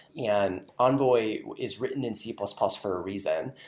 and envoy is written in c plus plus for a reason,